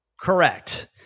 Correct